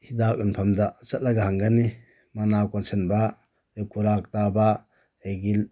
ꯍꯤꯗꯥꯛ ꯌꯣꯟꯐꯝꯗ ꯆꯠꯂꯒ ꯍꯪꯒꯅꯤ ꯃꯅꯥ ꯀꯣꯟꯁꯤꯟꯕ ꯑꯗꯒꯤ ꯀꯨꯔꯥꯛ ꯇꯥꯕ ꯑꯗꯒꯤ